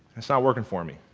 it's not working for me.